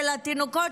של התינוקות.